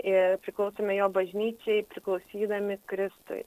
ir priklausome jo bažnyčiai priklausydami kristui